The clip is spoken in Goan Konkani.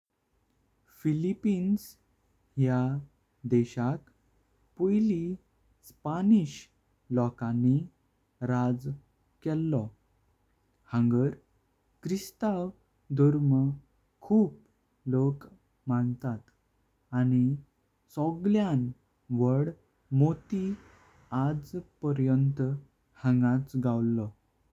फ़िलीपीन्स ह्या देशाक पळय स्पॅनिश लोकांनी राज्य केलं हांगर ख्रिस्ताव। धर्म खूप लोक मानतात आणि सगळ्यान वोड मोती आज पर्यंत हांगेच गावलो।